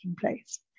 place